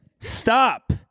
stop